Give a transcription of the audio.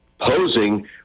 posing